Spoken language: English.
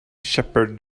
shepherd